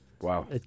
Wow